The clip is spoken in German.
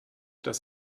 dass